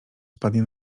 spadnie